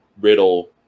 Riddle